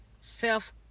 self